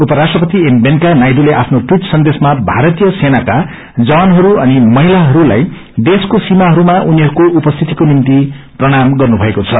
उपराष्ट्रपति एप वेकैया नायड्रले आफ्नो अवीट सन्देशमा भारतीय सेनाक जवानहरू अनि महिलाहस्लाई देश्को सीमाहरूमा उनीहरूको उपस्थितिको निम्ति प्रणाम गर्नुभएको छ